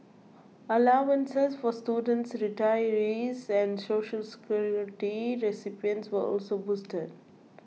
allowances for students retirees and Social Security recipients were also boosted